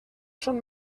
són